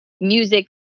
music